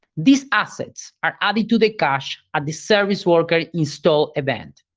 these assets are added to the cache at the service worker install event,